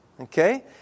Okay